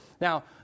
Now